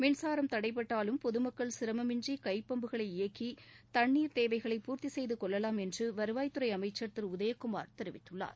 மின்சாரம் தடைபட்டாலும் பொதுமக்கள் சிரமமின்றி கைப்பம்புகளை இயக்கி தன்ணீர் தேவைகளை பூர்த்தி செய்து கொள்ளலாம் என்று வருவாய் துறை அமைச்சர் திரு உதயக்குமார் தெரிவித்தார்